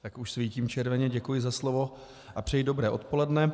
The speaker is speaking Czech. Tak už svítím červeně, děkuji za slovo a přeji dobré odpoledne.